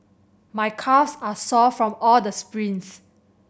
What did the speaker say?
my calves are sore from all the sprints